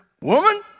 woman